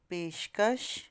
ਪੇਸ਼ਕਸ਼